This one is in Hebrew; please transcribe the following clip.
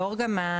לאור גם העובדה,